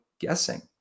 guessing